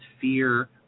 fear